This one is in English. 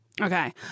Okay